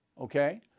Okay